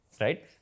Right